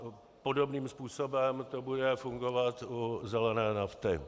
A podobným způsobem to bude fungovat u zelené nafty.